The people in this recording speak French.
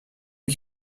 des